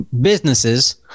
businesses